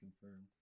confirmed